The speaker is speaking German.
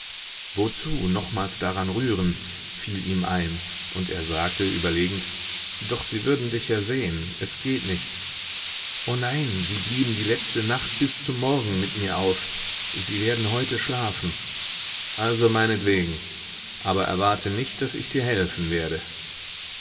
wozu nochmals daran rühren fiel ihm ein und er sagte überlegend doch sie würden dich ja sehen es geht nicht o nein sie blieben die letzte nacht bis zum morgen mit mir auf sie werden heute schlafen also meinetwegen aber erwarte nicht daß ich dir helfen werde